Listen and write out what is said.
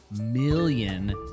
million